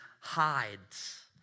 hides